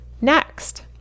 next